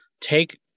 take